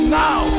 now